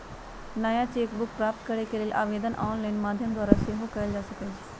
नया cheque book प्राप्त करेके लेल आवेदन ऑनलाइन माध्यम द्वारा सेहो कएल जा सकइ छै